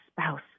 spouse